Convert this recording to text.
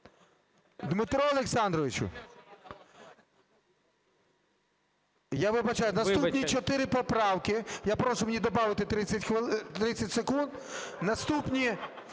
Дмитро Олександровичу! Я вибачаюсь, наступні чотири поправки (я прошу мені добавити 30 секунд), наступні